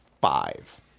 five